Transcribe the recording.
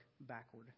backward